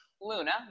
Luna